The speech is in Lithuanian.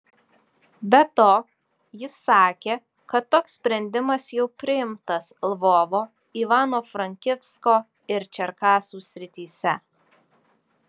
be to jis sakė kad toks sprendimas jau priimtas lvovo ivano frankivsko ir čerkasų srityse